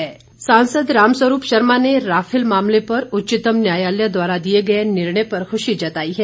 रामस्वरूप सांसद रामस्वरूप शर्मा ने राफेल मामले पर उच्चतम न्यायालय द्वारा दिए गए निर्णय पर ख्शी जताई है